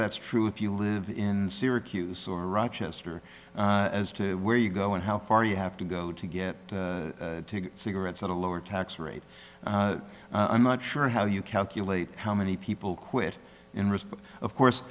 that's true if you live in syracuse or rochester as to where you go and how far you have to go to get cigarettes at a lower tax rate i'm not sure how you calculate how many people quit in response of course